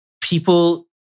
People